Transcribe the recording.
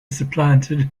supplanted